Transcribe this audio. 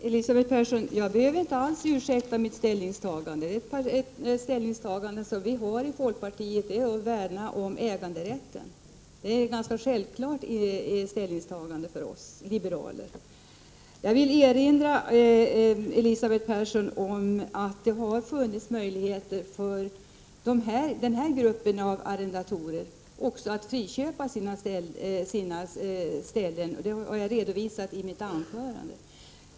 Fru talman! Jag behöver inte alls ursäkta mitt ställningstagande, Elisabeth Persson. Folkpartiets ställningstagande är att värna om äganderätten. Det är något ganska självklart för oss liberaler. Jag vill erinra Elisabeth Persson om att det har funnits möjligheter för den här gruppen av arrendatorer också att friköpa sina ställen. Det har jag redovisat i mitt anförande.